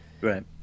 Right